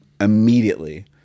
immediately